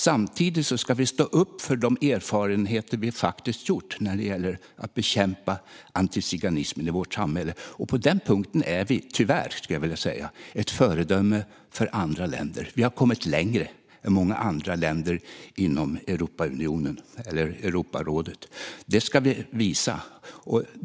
Samtidigt ska vi stå upp för de erfarenheter vi har gjort när det gäller att bekämpa antiziganismen i vårt samhälle. På den punkten är Sverige tyvärr, skulle jag vilja säga, ett föredöme för andra länder. Vi har kommit längre än många andra länder inom Europarådet. Det ska vi visa.